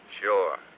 Sure